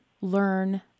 learn